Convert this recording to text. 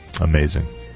amazing